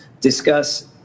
discuss